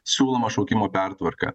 siūloma šaukimo pertvarka